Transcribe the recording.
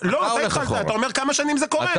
לא, אתה שאלת כמה שנים זה קורה.